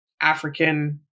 African